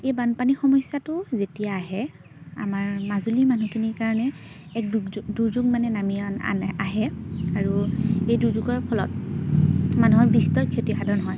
এই বানপানী সমস্যাটো যেতিয়া আহে আমাৰ মাজুলীৰ মানুহখিনিৰ কাৰণে এক দুৰ্যোগ দুৰ্যোগ মানে নামি আনে আহে আৰু এই দুৰ্যোগৰ ফলত মানুহৰ বিস্তৰ ক্ষতিসাধন হয়